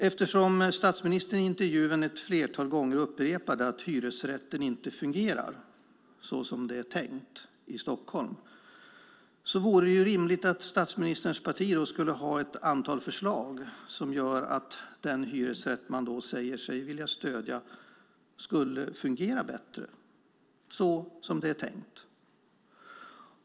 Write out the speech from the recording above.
Eftersom statsministern i intervjun ett flertal gånger upprepade att hyresrätten i Stockholm inte fungerar så som det är tänkt vore det rimligt att statsministerns parti hade ett antal förslag som gör att den hyresrätt man säger sig vilja stödja skulle fungera bättre, så som det är tänkt.